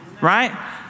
Right